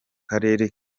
karere